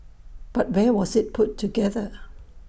but where was IT put together